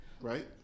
right